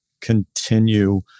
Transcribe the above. continue